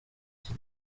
iki